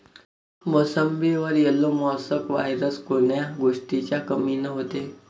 मोसंबीवर yellow mosaic virus कोन्या गोष्टीच्या कमीनं होते?